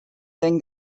then